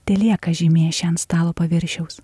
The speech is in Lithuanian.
telieka žymė ši ant stalo paviršiaus